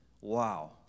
Wow